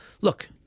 Look